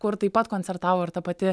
kur taip pat koncertavo ir ta pati